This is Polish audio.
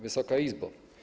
Wysoka Izbo!